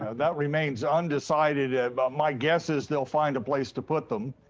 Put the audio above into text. ah that remains undecided, but my guess is they will find a place to put them,